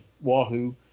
Wahoo